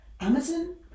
amazon